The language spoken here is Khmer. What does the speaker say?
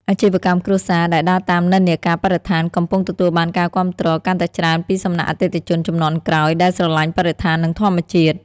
អាជីវកម្មគ្រួសារដែលដើរតាមនិន្នាការបរិស្ថាន កំពុងទទួលបានការគាំទ្រកាន់តែច្រើនពីសំណាក់អតិថិជនជំនាន់ក្រោយដែលស្រឡាញ់បរិស្ថាន និងធម្មជាតិ។